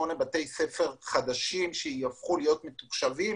בתי ספר חדשים שיהפכו להיות מתוקשבים.